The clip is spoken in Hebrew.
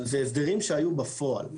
אבל זה הסדרים שהיו בפועל.